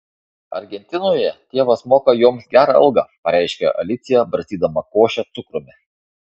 argentinoje tėvas moka joms gerą algą pareiškė alicija barstydama košę cukrumi